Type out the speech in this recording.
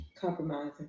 Compromising